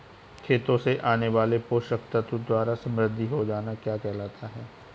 खेतों से आने वाले पोषक तत्वों द्वारा समृद्धि हो जाना क्या कहलाता है?